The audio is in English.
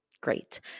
Great